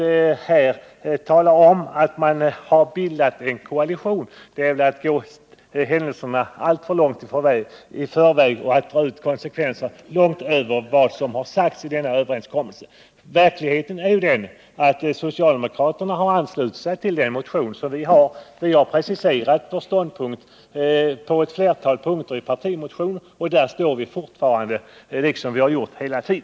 Att här säga att vi har bildat en koalition är att dra ut konsekvenserna alldeles för långt — något sådant nämns inte i denna överenskommelse. Verkligheten är den att socialdemokraterna har anslutit sig till vår motion. Vi har presenterat vår ståndpunkt i partimotionen, och den står vi fast vid.